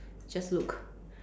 just look